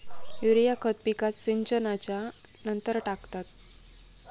urea खत पिकात सिंचनच्या नंतर टाकतात